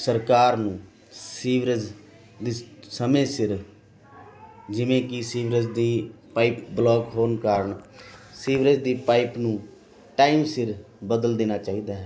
ਸਰਕਾਰ ਨੂੰ ਸੀਵਰੇਜ ਦੀ ਸਮੇਂ ਸਿਰ ਜਿਵੇਂ ਕਿ ਸੀਵਰੇਜ ਦੀ ਪਾਈਪ ਬਲੋਕ ਹੋਣ ਕਾਰਨ ਸੀਵਰੇਜ ਦੀ ਪਾਈਪ ਨੂੰ ਟਾਈਮ ਸਿਰ ਬਦਲ ਦੇਣਾ ਚਾਹੀਦਾ ਹੈ